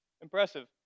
Impressive